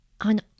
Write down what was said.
on